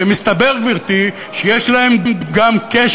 שמסתבר, גברתי, שיש להן גם קשר,